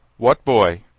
what boy?